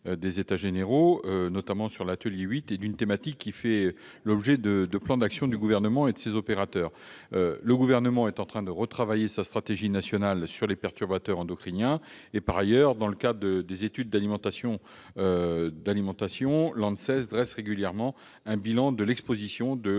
de l'alimentation, notamment dans l'atelier 8, et d'une thématique qui a fait l'objet de plans d'action de la part de l'État et de ses opérateurs. Le Gouvernement est en train de revoir sa stratégie nationale sur les perturbateurs endocriniens. Par ailleurs, dans le cadre des études d'alimentation, l'ANSES dresse régulièrement un bilan de l'exposition de